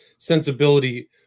Sensibility